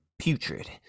putrid